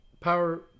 Power